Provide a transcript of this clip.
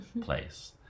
place